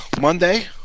monday